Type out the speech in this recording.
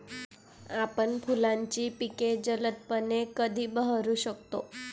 आपण फुलांची पिके जलदपणे कधी बहरू शकतो?